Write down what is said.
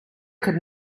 could